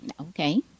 Okay